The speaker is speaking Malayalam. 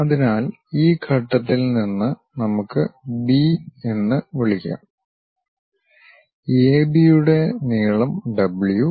അതിനാൽ ഈ ഘട്ടത്തിൽ നിന്ന് നമുക്ക് ബി എന്ന് വിളിക്കാം എ ബി യുടെ നീളം ഡബ്ലു